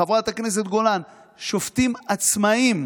חברת הכנסת גולן, שופטים עצמאיים,